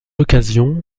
occasion